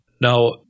Now